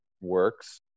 works